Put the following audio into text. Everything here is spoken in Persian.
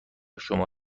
شما